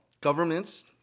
governments